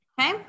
Okay